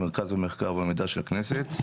ממרכז המחקר והמידע של הכנסת.